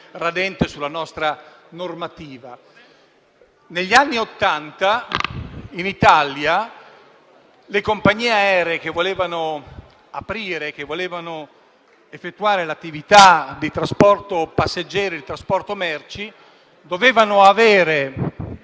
radente sulla nostra normativa. Negli anni Ottanta, in Italia, le compagnie aeree che volevano aprire ed effettuare l'attività di trasporto passeggeri e il trasporto merci, dovevano avere